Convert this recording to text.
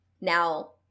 Now